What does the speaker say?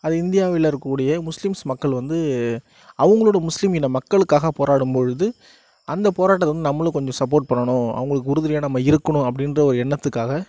அது இந்தியாவில் இருக்கக்கூடிய முஸ்லிம்ஸ் மக்கள் வந்து அவங்களோட முஸ்லிம் இன மக்களுக்காக போராடும் போது அந்த போராட்டத்தை வந்து நம்மளும் கொஞ்சம் சப்போர்ட் பண்ணனும் அவங்களுக்கு உறுதுணையாக நம்ம இருக்கணும் அப்படின்ற ஒரு எண்ணத்துக்காக